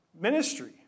ministry